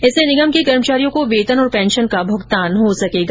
इससे निगम के कर्मचारियों को वेतन और पेंशन का भुगतान हो सकेगा